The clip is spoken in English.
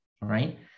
right